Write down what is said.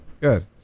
Good